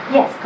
Yes